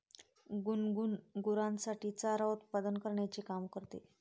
गुनगुन गुरांसाठी चारा उत्पादन करण्याचे काम करते